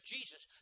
Jesus